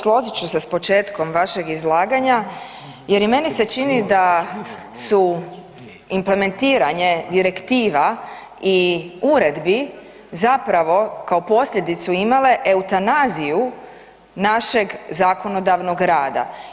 Složit ću se s početkom vašeg izlaganja jer i meni se čini da su implementiranje direktiva i uredbi zapravo kao posljedicu imale eutanaziju našeg zakonodavnog rada.